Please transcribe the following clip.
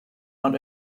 not